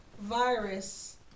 virus